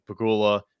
Pagula